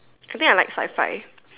I think I like Sci-Fi